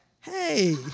Hey